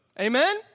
Amen